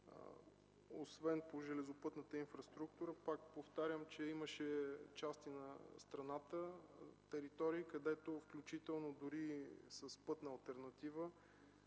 Освен по железопътната инфраструктура, пак повтарям, че имаше части от страната, територии, където, включително дори и с пътна алтернатива,